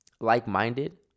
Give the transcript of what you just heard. like-minded